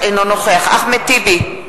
אינו נוכח אחמד טיבי,